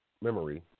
memory